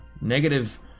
negative